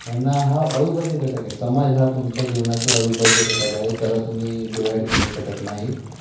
यांना हा अविभाज्य घटक आहे समाज हा तुमच्या जीवनातला अविभाज्य घटक आहे त्याला तुम्ही डिवाईड करू शकत नाहीत